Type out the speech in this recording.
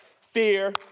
fear